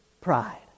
pride